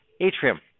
atrium